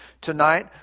tonight